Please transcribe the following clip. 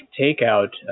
takeout